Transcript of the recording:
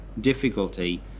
difficulty